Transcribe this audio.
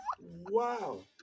Wow